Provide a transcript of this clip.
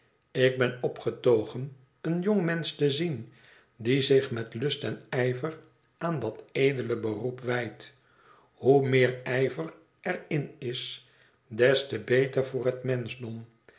ik ben opgetogen een jongmensch te zien die zich met last en ijver aan dat edele beroep wijdt hoe meer ijver er in is des te beter voor het menschdom